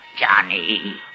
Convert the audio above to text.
Johnny